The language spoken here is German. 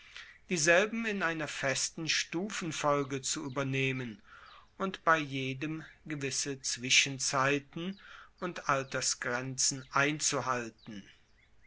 dieselben in einer festen stufenfolge zu uebernehmen und bei jedem gewisse zwischenzeiten und altersgrenzen einzuhalten